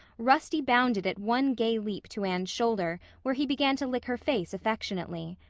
rusty bounded at one gay leap to anne's shoulder where he began to lick her face affectionately.